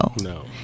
No